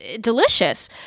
delicious